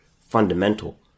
fundamental